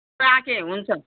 राखेँ हुन्छ